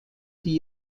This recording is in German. die